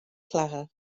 slagge